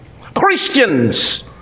Christians